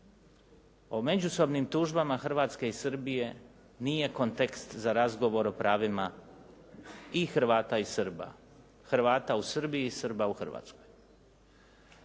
o međusobnim tužbama Hrvatske i Srbije nije kontekst za razgovor o pravima i Hrvata i Srba, Hrvata u Srbiji i Srba u Hrvatskoj.